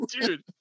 Dude